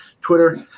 Twitter